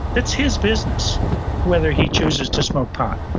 that's his business whether he chooses to smoke pot.